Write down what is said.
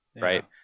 right